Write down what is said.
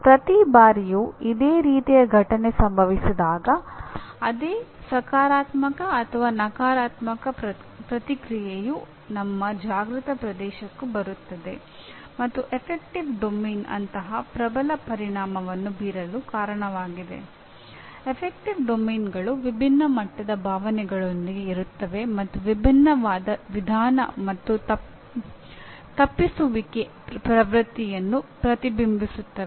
ಅಂದರೆ ಪ್ರತಿ ಬಾರಿಯೂ ಇದೇ ರೀತಿಯ ಘಟನೆ ಸಂಭವಿಸಿದಾಗ ಅದೇ ಸಕಾರಾತ್ಮಕ ಅಥವಾ ನಕಾರಾತ್ಮಕ ಪ್ರತಿಕ್ರಿಯೆಯು ನಮ್ಮ ಜಾಗೃತ ಪ್ರದೇಶಕ್ಕೂ ಬರುತ್ತದೆ ಮತ್ತು ಅಫೆಕ್ಟಿವ್ ಡೊಮೇನ್ ವಿಭಿನ್ನ ಮಟ್ಟದ ಭಾವನೆಗಳೊಂದಿಗೆ ಇರುತ್ತವೆ ಮತ್ತು ವಿಭಿನ್ನವಾದ "ವಿಧಾನ" ಅಥವಾ "ತಪ್ಪಿಸುವಿಕೆ" ಪ್ರವೃತ್ತಿಯನ್ನು ಪ್ರತಿಬಿಂಬಿಸುತ್ತವೆ